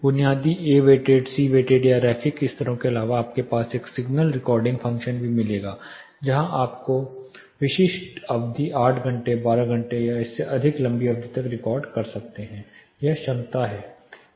बुनियादी A weighted C weighted या रैखिक स्तरों के अलावा आपको एक सिग्नल रिकॉर्डिंग फ़ंक्शन भी मिलेगा जहां आप विशिष्ट अवधि 8 घंटे 12 घंटे या इससे अधिक लंबी अवधि तक रिकॉर्ड कर सकते हैं यह क्षमता है